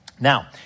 Now